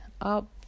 up